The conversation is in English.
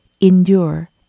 endure